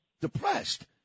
depressed